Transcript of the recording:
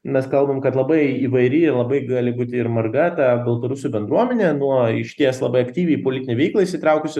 mes kalbam kad labai įvairi labai gali būti ir marga ta baltarusių bendruomenė nuo išties labai aktyviai į politinę veiklą įsitraukusių